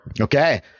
Okay